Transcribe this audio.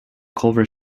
culver